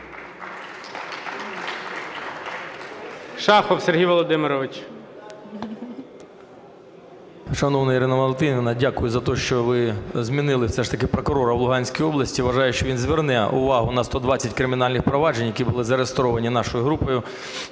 Шахов Сергій Володимирович.